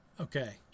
okay